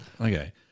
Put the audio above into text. Okay